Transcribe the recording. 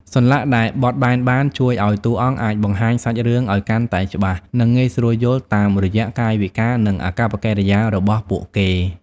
សន្លាក់ដែលបត់បែនបាន ជួយឲ្យតួអង្គអាចបង្ហាញសាច់រឿងឲ្យកាន់តែច្បាស់ និងងាយស្រួលយល់ តាមរយៈកាយវិការ និងអាកប្បកិរិយារបស់ពួកគេ។